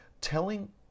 telling